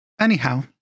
Anyhow